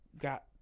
got